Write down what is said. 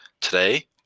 today